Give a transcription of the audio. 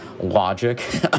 logic